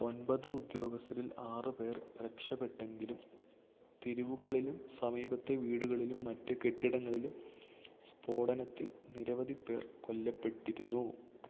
ഒൻപത് ഉദ്യോഗസ്ഥരിൽ ആറ് പേർ രക്ഷപ്പെട്ടെങ്കിലും തെരുവുകളിലും സമീപത്തെ വീടുകളിലും മറ്റ് കെട്ടിടങ്ങളിലും സ്ഫോടനത്തിൽ നിരവധി പേർ കൊല്ലപ്പെട്ടിരുന്നു